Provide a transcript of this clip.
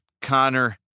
Connor